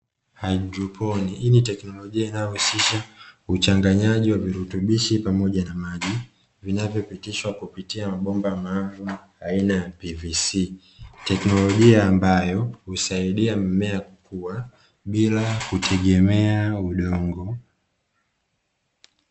Hydroponi hii ni teknolojia inayohusisha uchanganyaji wa virutubishi pamoja na maji vinavyopitishwa kupitia mabomba maalum aina ya pvc, technologia ambayo husaidia mimea kuwa bila kutegemea udongo.